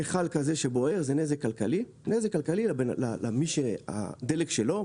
מיכל כזה שבוער זה נזק כלכלי למי שהדלק שלו.